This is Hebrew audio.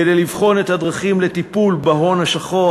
כדי לבחון את הדרכים לטיפול בהון השחור,